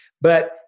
but-